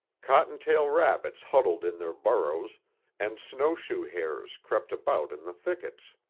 cottontail rabbits huddled in their burrows and snowshoe hares crept about in the thickets.